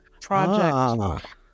project